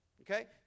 Okay